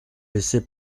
laissé